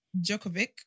Djokovic